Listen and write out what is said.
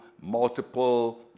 multiple